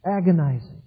agonizing